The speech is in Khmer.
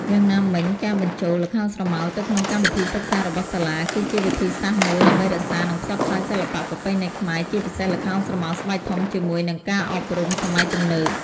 យ៉ាងណាមិញការបញ្ចូល ល្ខោនស្រមោលទៅក្នុងកម្មវិធីសិក្សារបស់សាលា គឺជាវិធីសាស្រ្តមួយដើម្បីរក្សា និងផ្សព្វផ្សាយសិល្បៈប្រពៃណីខ្មែរ ជាពិសេសល្ខោនស្រមោលស្បែកធំ ជាមួយ នឹងការអប់រំសម័យទំនើប។